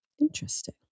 Interesting